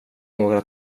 några